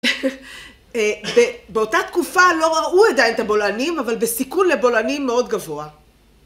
באותה תקופה לא ראו עדיין את הבולענים, אבל בסיכון לבולענים מאוד גבוה.